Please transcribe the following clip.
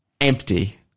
empty